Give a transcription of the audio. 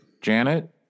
Janet